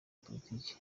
politiki